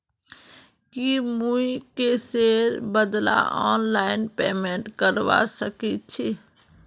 की मुई कैशेर बदला ऑनलाइन पेमेंट करवा सकेछी